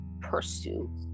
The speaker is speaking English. pursue